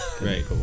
right